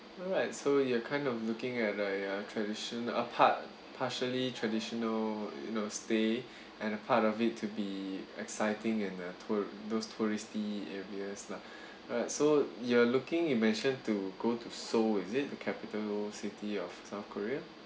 alright so you're kind of looking at a a tradition part partially traditional you know stay and part of it to be exciting and a tour those touristy areas lah uh so you're looking you mention to go to seoul is it the capital city of south korea